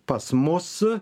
pas mus